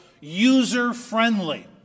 user-friendly